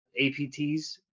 apts